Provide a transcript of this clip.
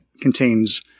contains